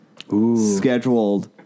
scheduled